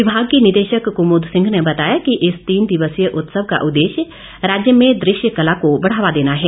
विभाग की निदेशक कुमुद सिंह ने बताया कि इस तीन दिवसीय उत्सव का उद्देश्य राज्य में दृश्य कला को बढ़ावा देना है